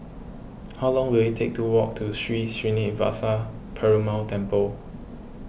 how long will it take to walk to Sri Srinivasa Perumal Temple